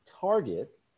target